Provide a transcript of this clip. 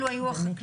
אלו היו החקלאים,